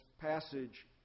passage